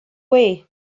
way